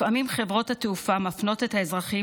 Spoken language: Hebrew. לפעמים חברות התעופה מפנות את האזרחים